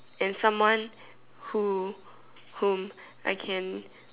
and someone who whom I can